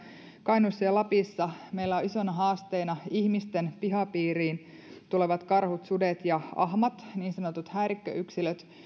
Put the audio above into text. kainuussa ja lapissa meillä on isona haasteena ihmisten pihapiiriin tulevat karhut sudet ja ahmat niin sanotut häirikköyksilöt